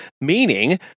Meaning